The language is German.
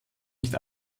nicht